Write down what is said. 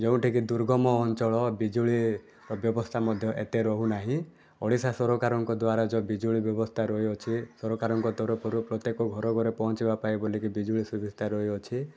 ଯେଉଁଠିକି ଦୁର୍ଗମ ଅଞ୍ଚଳ ବିଜୁଳି ବ୍ୟବସ୍ଥା ମଧ୍ୟ ଏତେ ରହୁନାହିଁ ଓଡ଼ିଶା ସରକାରଙ୍କ ଦ୍ୱାରା ଯେଉଁ ବିଜୁଳି ବ୍ୟବସ୍ଥା ରହିଅଛି ସରକାରଙ୍କ ତରଫରୁ ପ୍ରତ୍ୟେକ ଘରେ ଘରେ ପହଞ୍ଚାଇବା ବୋଲି ବିଜୁଳି ସୁବିଧା ରହିଅଛି